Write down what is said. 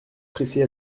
pressés